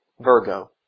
Virgo